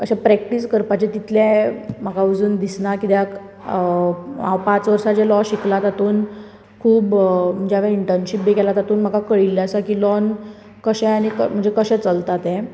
अशें प्रेकटीस करपाचें तितलें म्हाका अजून दिसना कित्याक हांव पांच वर्सा जें लॉ शिकलां तातूंत खूब ज्या वेळा इनटर्नशीप बी केला तातूंत म्हाका कळिल्लें आसा की लॉन कशें आनी म्हणजे कशें चलता तें